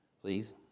Please